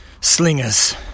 slingers